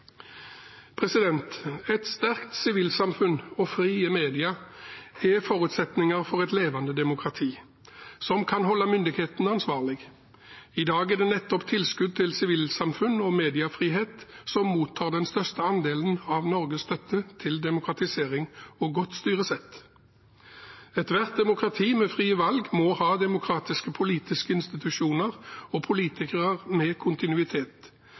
som kan holde myndighetene ansvarlig. I dag er det nettopp tilskudd til sivilsamfunn og mediefrihet som mottar den største andelen av Norges støtte til demokratisering og godt styresett. Ethvert demokrati med frie valg må ha demokratiske og politiske institusjoner og politikere med kontinuitet.